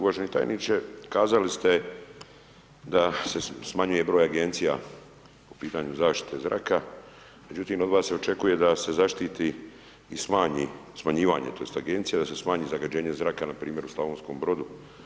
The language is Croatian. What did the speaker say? Uvaženi tajniče, kazali ste da se smanjuje broj Agencija po pitanju zaštite zraka, međutim od vas se očekuje da se zaštiti i smanji, smanjivanje to jest Agencija, da se smanji zagađenje zraka na primjer u Slavonskom Brodu.